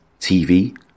TV